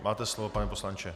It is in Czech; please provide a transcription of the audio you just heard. Máte slovo, pane poslanče.